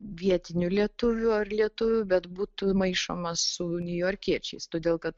vietinių lietuvių ar lietuvių bet būtų maišoma su niujorkiečiais todėl kad